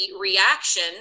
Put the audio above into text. reaction